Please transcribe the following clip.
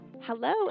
Hello